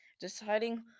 Deciding